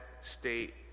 state